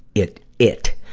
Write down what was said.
it it.